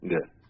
Good